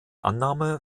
annahme